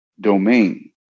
domain